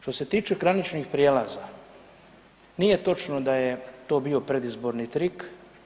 Što se tiče graničnih prijelaza, nije točno da je to bio predizborni trik.